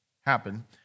happen